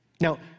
now